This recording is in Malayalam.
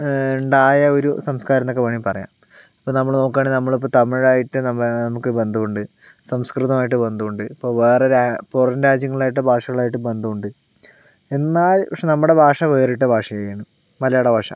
ഉണ്ടായ ഒരു സംസ്കാരം എന്നൊക്കെ വേണമെങ്കിൽ പറയാം ഇപ്പോൾ നമ്മള് നോക്കുകയാണെങ്കിൽ നമ്മളിപ്പോൾ തമിഴ് ആയിട്ട് നമുക്ക് ബന്ധം ഉണ്ട് സംസ്കൃതവുമായിട്ട് ബന്ധം ഉണ്ട് ഇപ്പോൾ വേറെ പുറം രാജ്യങ്ങലത്തെ ഭാഷകളുമായിട്ട് ബന്ധം ഉണ്ട് എന്നാൽ പക്ഷെ നമ്മുടെ ഭാഷ വേറിട്ട ഭാഷാതന്നെയാണ് മലയാള ഭാഷ